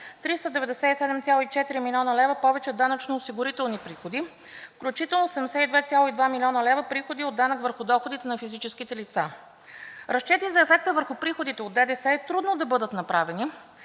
397,4 млн. лв. повече данъчноосигурителни приходи, включително 72,2 млн. лв. приходи от данъка върху доходите на физическите лица. Разчети за ефекта от приходите от ДДС е трудно да бъдат направени,